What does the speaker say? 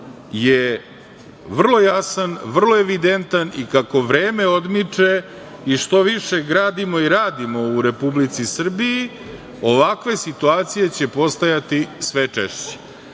je vrlo jasan, vrlo evidentan i kako vreme odmiče, i što više gradimo i radimo u Republici Srbiji ovakve situacije će postajati sve češće. Ovakvo